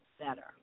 better